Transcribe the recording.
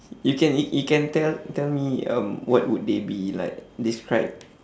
you can y~ you can tell tell me um what would they be like describe